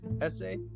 essay